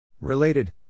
Related